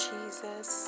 Jesus